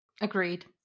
Agreed